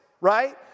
right